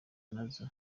nazo